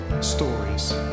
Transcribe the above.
stories